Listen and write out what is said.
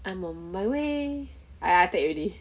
I'm on my way I take already